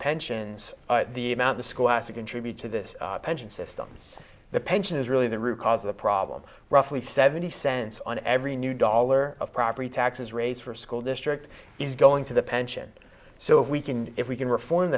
pensions the amount the scholastic contribute to this pension systems the pension is really the root cause of the problem roughly seventy cents on every new dollar of property taxes rates for school district is going to the pension so if we can if we can reform